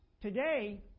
Today